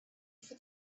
for